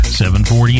740